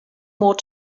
more